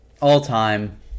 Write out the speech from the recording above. all-time